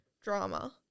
drama